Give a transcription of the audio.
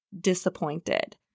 disappointed